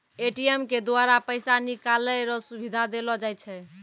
ATM के द्वारा पैसा निकालै रो सुविधा देलो जाय छै